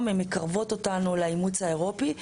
מקרבים אותנו לאימוץ הרגולציה האירופית.